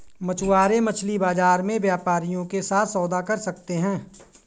मछुआरे मछली बाजार में व्यापारियों के साथ सौदा कर सकते हैं